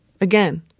Again